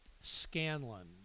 Scanlon